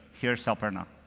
here's aparna.